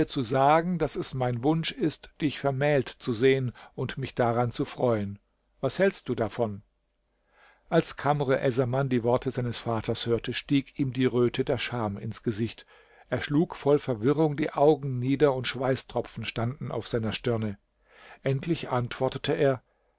zu sagen daß es mein wunsch ist dich vermählt zu sehen und mich daran zu freuen was hältst du davon als kamr essaman die worte seines vaters hörte stieg ihm die röte der scham ins gesicht er schlug voll verwirrung die augen nieder und schweißtropfen standen auf seiner stirne endlich antwortete er